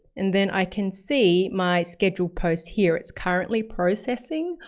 and then i can see my schedule posts here. it's currently processing.